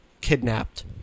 kidnapped